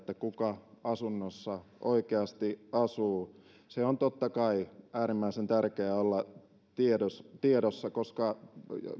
kuka asunnossa oikeasti asuu se on totta kai äärimmäisen tärkeää olla tiedossa tiedossa koska